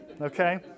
Okay